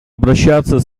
обращаться